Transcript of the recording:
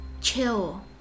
chill